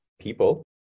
people